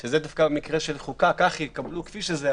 זה דווקא במקרה של חוקה: כך היא, קבלו כפי שזה.